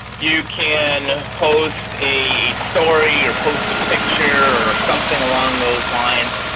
you can post a story or post a picture or something along those lines.